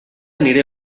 aniré